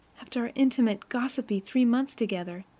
after our intimate, gossipy three months together,